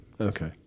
Okay